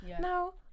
No